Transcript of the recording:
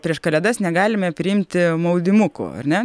prieš kalėdas negalime priimti maudimukų ar ne